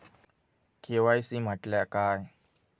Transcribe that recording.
KYC म्हटल्या काय?